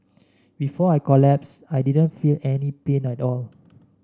before I collapsed I didn't feel any pain at all